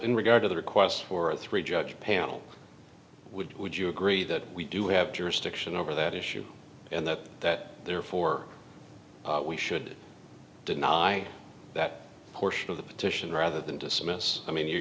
in regard to the request for a three judge panel would you agree that we do have jurisdiction over that issue and that that therefore we should deny that portion of the petition rather than dismiss i mean you